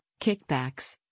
kickbacks